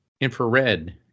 Infrared